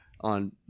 on